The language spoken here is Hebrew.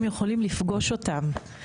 הם יכולים לפגוש אותם.